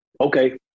okay